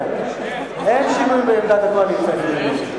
אין שינוי בעמדת הקואליציה, אני מבין.